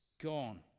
gone